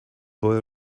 boy